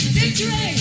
victory